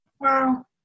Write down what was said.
Wow